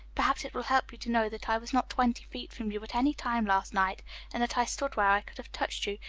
perhaps it will help you to know that i was not twenty feet from you at any time last night and that i stood where i could have touched you,